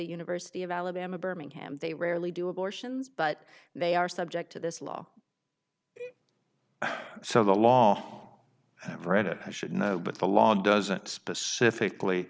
university of alabama birmingham they rarely do abortions but they are subject to this law so the law that read it i should know but the law doesn't specifically